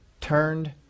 turned